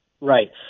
Right